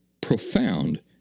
profound